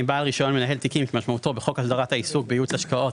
בעל רישיון מנהל תיקים כמשמעותו בחוק הסדרת העיסוק בייעוץ השקעות,